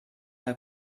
mal